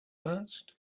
asked